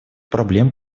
проблем